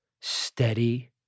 steady